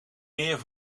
meer